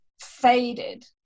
faded